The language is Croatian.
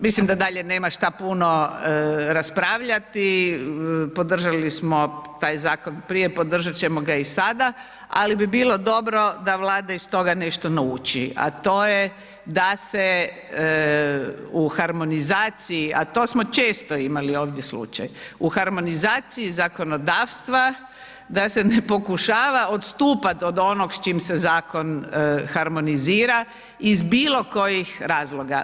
Mislim da dalje nema šta puno raspravljati, podržali smo taj Zakon prije, podržat ćemo ga i sada, ali bi bilo dobro da Vlada iz toga nešto nauči, a to je da se u harmonizaciji, a to smo često imali ovdje slučaj, u harmonizaciji zakonodavstva da se ne pokušava odstupat od onog s čim se Zakon harmonizira iz bilo kojih razloga.